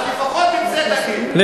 לפחות את זה תגיד,